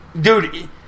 dude